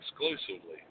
exclusively